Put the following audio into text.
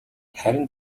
харин